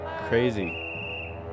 crazy